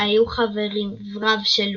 היו חבריו של לוק,